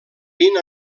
vint